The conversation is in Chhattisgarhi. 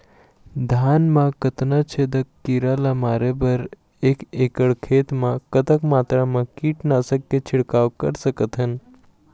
धान मा कतना छेदक कीरा ला मारे बर एक एकड़ खेत मा कतक मात्रा मा कीट नासक के छिड़काव कर सकथन?